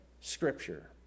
Scripture